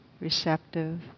receptive